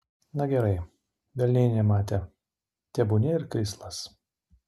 na gerai velniai nematė tebūnie ir krislas